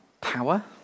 Power